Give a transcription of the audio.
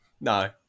No